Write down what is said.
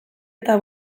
eta